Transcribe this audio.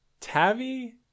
Tavi